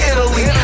Italy